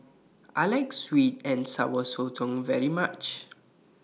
I like Sweet and Sour Sotong very much